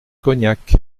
cognac